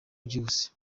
byihuse